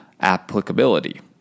applicability